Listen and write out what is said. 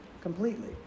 completely